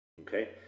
okay